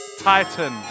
Titan